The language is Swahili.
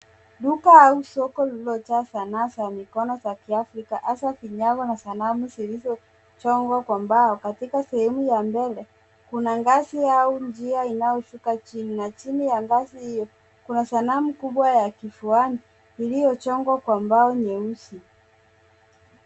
Duka au soko lililojaa sanaa za mikono ya kiafrika hasa vinyago na sanamu zilizochongwa kwa mbao. Katika sehemu ya mbele kuna ngazi au njia inayoshuka chini na chini ya ngazi hiyo kuna sanamu kubwa ya kifuani iliyochongwa kwa mbao nyeusi.